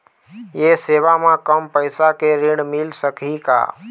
ये सेवा म कम पैसा के ऋण मिल सकही का?